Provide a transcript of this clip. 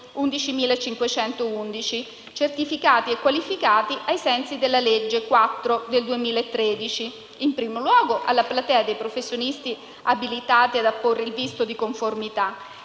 11511, certificati e qualificati ai sensi della legge n. 4 del 2013, in primo luogo alla platea dei professionisti abilitati ad apporre il visto di conformità